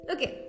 Okay